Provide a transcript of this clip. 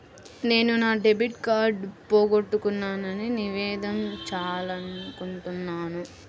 నేను నా డెబిట్ కార్డ్ని పోగొట్టుకున్నాని నివేదించాలనుకుంటున్నాను